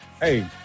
hey